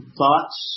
thoughts